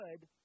good